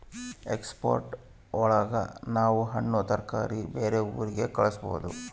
export ಒಳಗ ನಾವ್ ಹಣ್ಣು ತರಕಾರಿ ಬೇರೆ ಊರಿಗೆ ಕಳಸ್ಬೋದು